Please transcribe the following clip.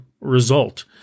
result